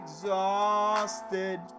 exhausted